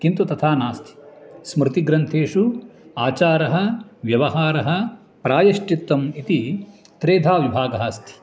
किन्तु तथा नास्ति स्मृतिग्रन्थेषु आचारः व्यवहारः प्रायश्चित्तम् इति त्रिधा विभागः अस्ति